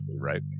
right